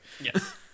yes